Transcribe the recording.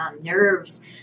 nerves